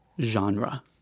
genre